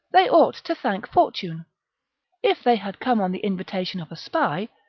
they ought to thank fortune if they had come on the invitation of a spy,